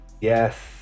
Yes